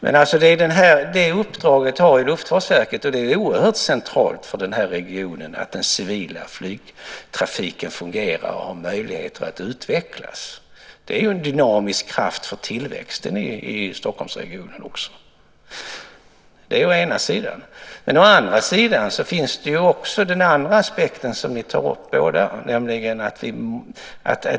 Luftfartsverket har det uppdraget. Det är oerhört centralt för den här regionen att den civila flygtrafiken fungerar och har möjligheter att utvecklas. Det är en dynamisk kraft för tillväxten i Stockholmsregionen också. Det är den ena sidan. Å andra sidan finns den aspekt som ni båda tar upp.